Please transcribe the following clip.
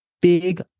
big